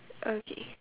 okay